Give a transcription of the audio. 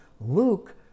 Luke